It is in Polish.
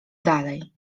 dalej